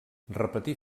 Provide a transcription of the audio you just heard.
repetir